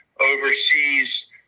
overseas